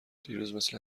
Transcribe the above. دیروز، مثل